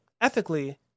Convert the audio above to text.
ethically